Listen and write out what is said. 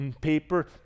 paper